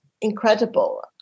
incredible